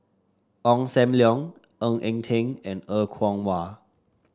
Ong Sam Leong Ng Eng Teng and Er Kwong Wah